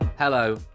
Hello